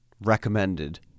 recommended